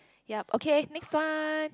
ya okay next one